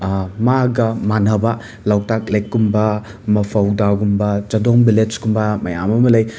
ꯃꯥꯒ ꯃꯥꯟꯅꯕ ꯂꯣꯛꯇꯥꯛ ꯂꯦꯛꯀꯨꯝꯕ ꯃꯐꯧ ꯗꯥꯝꯒꯨꯝꯕ ꯆꯥꯗꯣꯡ ꯚꯤꯂꯦꯁ ꯀꯨꯝꯕ ꯃꯌꯥꯝ ꯑꯃ ꯂꯩ